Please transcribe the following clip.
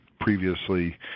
previously